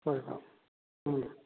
ꯍꯣꯏ ꯍꯣꯏ ꯎꯝ